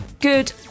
good